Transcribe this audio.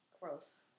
Gross